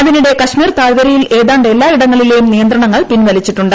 അതിനിടെ കശ്മീർ താഴ്വരയിൽ ഏതാണ്ട് എല്ലാ ഇടങ്ങളിലെയും നിയന്ത്രണങ്ങൾ പിൻവലിച്ചിട്ടുണ്ട്